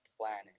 planet